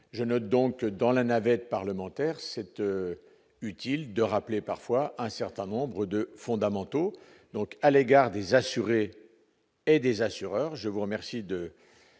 je note donc dans la navette parlementaire cette utile de rappeler parfois un certain nombre de fondamentaux, donc à l'égard des assurés et des assureurs, je vous remercie de